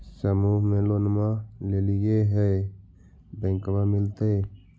समुह मे लोनवा लेलिऐ है बैंकवा मिलतै?